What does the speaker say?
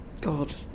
God